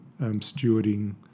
stewarding